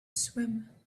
swim